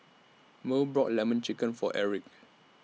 Merl bought Lemon Chicken For Erick